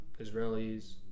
Israelis